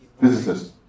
physicist